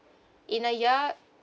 in a year